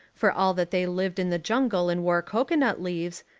for all that they lived in the jungle and wore cocoanut leaves,